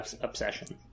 obsession